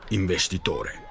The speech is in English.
investitore